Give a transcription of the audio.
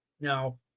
now